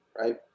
right